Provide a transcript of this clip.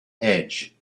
edge